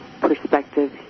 Perspective